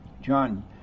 John